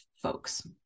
folks